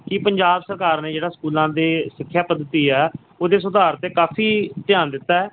ਕਿ ਪੰਜਾਬ ਸਰਕਾਰ ਨੇ ਜਿਹੜਾ ਸਕੂਲਾਂ ਦੇ ਸਿੱਖਿਆ ਪ੍ਰਗਤੀ ਆ ਉਹਦੇ ਸੁਧਾਰ 'ਤੇ ਕਾਫੀ ਧਿਆਨ ਦਿੱਤਾ